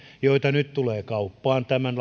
joita nyt tulee kauppaan tämän